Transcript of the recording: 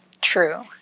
true